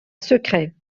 secret